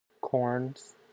corns